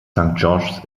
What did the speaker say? george’s